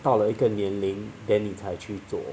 到了一个年龄 then 你才去做